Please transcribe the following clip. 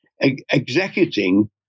executing